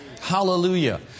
Hallelujah